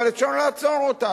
אבל אפשר לעצור אותה.